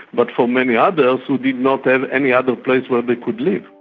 but for many others who did not have any other place where they could live.